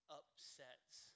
upsets